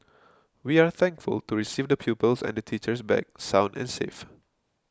we are thankful to receive the pupils and the teachers back sound and safe